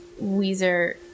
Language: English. Weezer